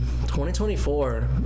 2024